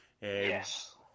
Yes